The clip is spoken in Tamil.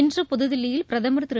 இன்று புதுதில்லியில் பிரதமா் திரு